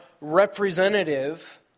representative